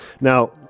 now